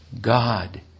God